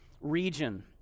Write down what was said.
region